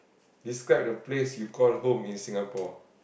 describe the place you call home in Singapore